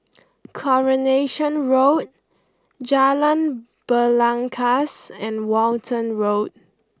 Coronation Road Jalan Belangkas and Walton Road